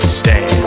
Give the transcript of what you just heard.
stay